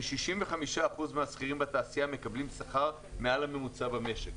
כ-65% מהשכירים בתעשייה מקבלים שכר מעל הממוצע במשק,